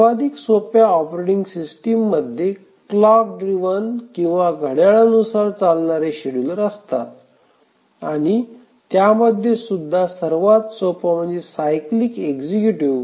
सर्वाधिक सोप्या operating system मध्ये क्लॉक ड्रिव्हन किंवा घड्याळानुसार चालणारे शेड्युलर असतात आणि त्यामध्ये सुद्धा सर्वात सोपा म्हणजे सायकलिक एक्झिक्यूटिव्ह